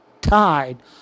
Tied